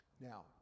Now